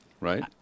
right